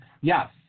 yes